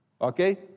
okay